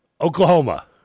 Oklahoma